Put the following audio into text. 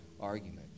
argument